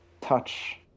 touch